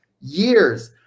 years